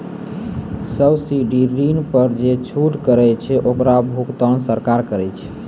subsidy ऋण पर जे छूट रहै छै ओकरो भुगतान सरकार करै छै